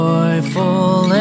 Joyful